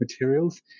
materials